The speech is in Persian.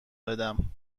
بدم